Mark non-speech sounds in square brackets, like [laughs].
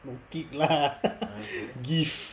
no kick lah [laughs] give